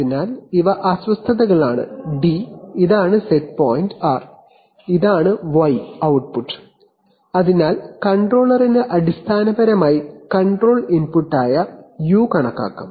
അതിനാൽ ഇവ അസ്വസ്ഥതകളാണ് d ഇതാണ് സെറ്റ് പോയിന്റ് r ഇതാണ് output y അതിനാൽ കൺട്രോളറിന് അടിസ്ഥാനപരമായി കൺട്രോൾ ഇൻപുട്ടായ ഈ u കണക്കാക്കാം